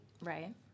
Right